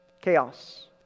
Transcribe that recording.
chaos